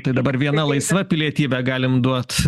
tai dabar viena laisva pilietybė galim duot